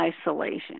isolation